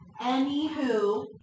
Anywho